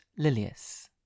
lilius